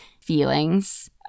feelings